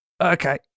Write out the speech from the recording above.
Okay